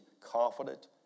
confident